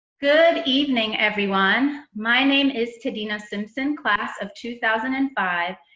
good evening, everyone. my name is tadena simpson, class of two thousand and five,